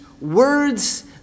words